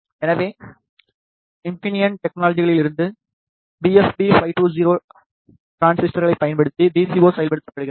எனவே இன்ஃபினியன் டெக்னோலஜிகளிலிருந்து பிஎப்பி520 டிரான்சிஸ்டர்களைப் பயன்படுத்தி வி சி ஓ செயல்படுத்தப்படுகிறது